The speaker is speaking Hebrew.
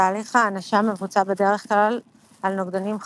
תהליך ההאנשה מבוצע בדרך כלל על נוגדנים חד-שבטיים.